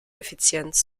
effizienz